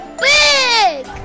big